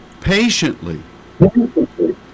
patiently